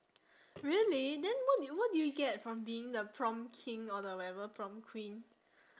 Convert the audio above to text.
really then what do you what do you get from being the prom king or the whatever prom queen